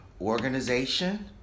organization